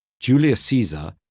julius caesar,